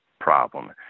problem